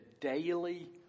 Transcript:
daily